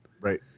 Right